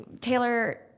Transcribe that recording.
Taylor